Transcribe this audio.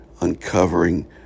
uncovering